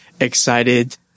excited